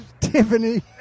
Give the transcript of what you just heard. Tiffany